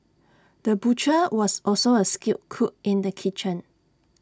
the butcher was also A skilled cook in the kitchen